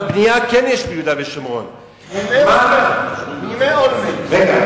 אבל בנייה כן יש ביהודה ושומרון, מימי אולמרט.